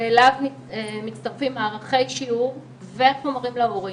ואליו מצטרפים מערכי שיעור וחומרים להורים.